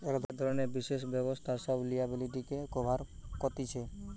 এক ধরণের বিশেষ ব্যবস্থা সব লিয়াবিলিটিকে কভার কতিছে